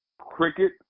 cricket